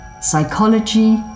psychology